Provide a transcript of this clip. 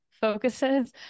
focuses